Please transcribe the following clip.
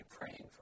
praying